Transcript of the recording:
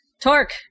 Torque